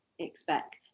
expect